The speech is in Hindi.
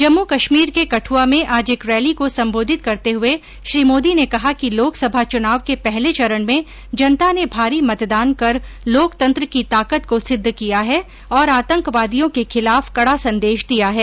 जम्मू कश्मीर के कठुआ में आज एक रैली को संबोधित करते हुए श्री मोदी ने कहा कि लोकसभा चुनाव के पहले चरण में जनता ने भारी मतदान कर लोकतंत्र की ताकत को सिद्ध किया है और आतंकवादियों के खिलाफ कड़ा संदेश दिया है